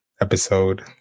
episode